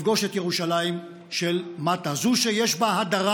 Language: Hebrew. לפגוש את ירושלים של מטה, זו שיש בה הדרה